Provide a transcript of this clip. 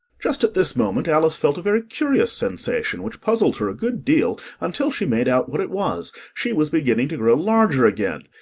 just at this moment alice felt a very curious sensation, which puzzled her a good deal until she made out what it was she was beginning to grow larger again,